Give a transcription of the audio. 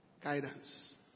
Guidance